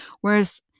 Whereas